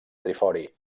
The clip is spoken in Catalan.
trifori